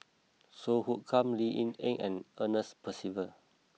Song Hoot Kiam Lee Ying Yen and Ernest Percival